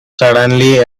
suddenly